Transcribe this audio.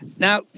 Now